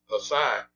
aside